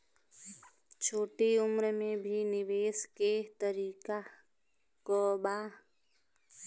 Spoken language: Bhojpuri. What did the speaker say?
छोटी उम्र में भी निवेश के तरीका क बा?